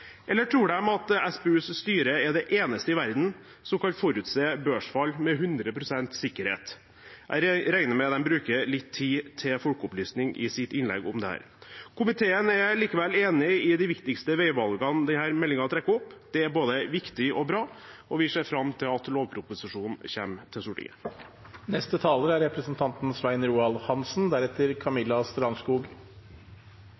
Eller tror de at SPUs styre er de eneste i verden som kan forutse børsfall med 100 pst. sikkerhet? Jeg regner med at de bruker litt tid til folkeopplysning i sitt innlegg om dette. Komiteen er likevel enig i de viktigste veivalgene denne meldingen trekker opp. Det er både viktig og bra, og vi ser fram til at lovproposisjonen kommer til Stortinget. Det er